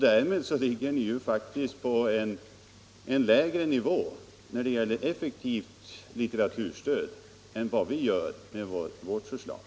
Därmed ligger ni faktiskt på en lägre nivå när det gäller effektivt litteraturstöd än vi gör med vårt förslag.